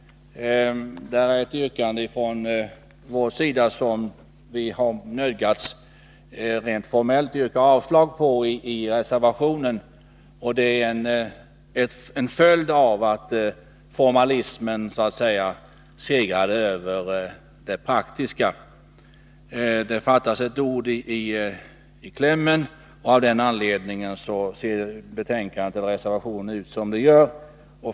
Vi har av rent formella skäl nödgats att i reservationen yrka avslag på ett av våra motionsyrkanden. Det är en följd av att formalismen så att säga segrade över det praktiska. Det fattas ett ord i klämmen, något som har påverkat skrivningen i betänkandet och i reservationen.